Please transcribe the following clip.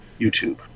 youtube